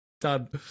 Done